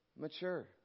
mature